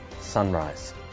sunrise